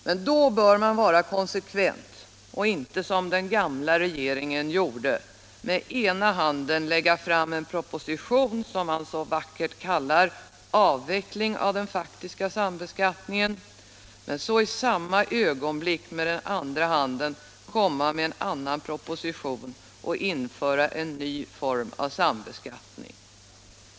Men då bör man vara konsekvent och inte som den gamla regeringen med den ena handen lägga fram en proposi" ion som man så vackert kallar avveckling av den faktiska sambeskattningen och i samma ögonblick med den andra handen komma med en annan proposition och införa en ny form av sambeskattning.